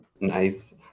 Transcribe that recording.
Nice